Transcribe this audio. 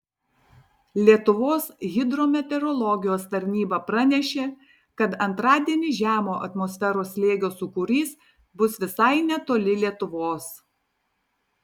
lietuvos hidrometeorologijos tarnyba pranešė kad antradienį žemo atmosferos slėgio sūkurys bus visai netoli lietuvos